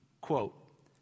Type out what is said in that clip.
Quote